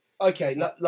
okay